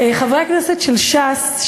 חברי הכנסת של ש"ס,